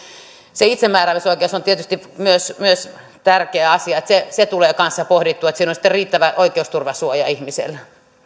se itsemääräämisoikeus on tietysti myös myös tärkeä asia että se se tulee kanssa pohdittua että siinä on sitten riittävä oikeusturvasuoja ihmisellä